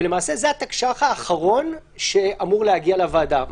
למעשה זה התקש"ח האחרון שאמור להגיע לוועדה.